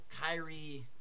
Kyrie